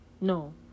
no